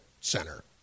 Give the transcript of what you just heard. center